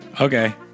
Okay